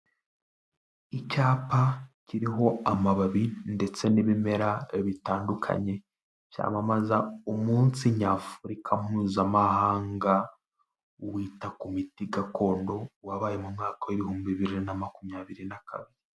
Icyapa kiriho amababi ndetse n'ibimera bitandukanye, cyamamaza umunsi Nyafurika Mpuzamahanga, wita ku miti gakondo, wabaye mu mwaka w'ibihumbi bibiri na makumyabiri na kane.